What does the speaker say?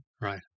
right